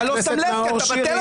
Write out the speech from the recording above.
אתה לא שם לב כי אתה כל הזמן בטלפון.